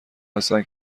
هستند